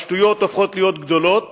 השטויות הופכות להיות גדולות